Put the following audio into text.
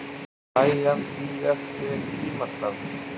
IMPS के कि मतलब है?